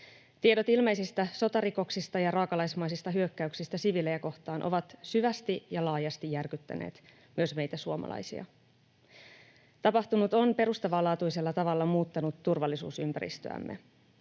Tiedot ilmeisistä sotarikoksista ja raakalaismaisista hyökkäyksistä siviilejä kohtaan ovat syvästi ja laajasti järkyttäneet myös meitä suomalaisia. Tapahtunut on perustavanlaatuisella tavalla muuttanut turvallisuusympäristöämme.